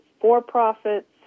for-profits